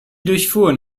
durchfuhren